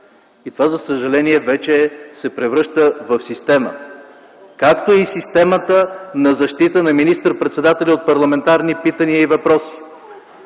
и това за съжаление вече се превръща в система, както е и системата на защита на министър-председателя от парламентарни питания и въпроси.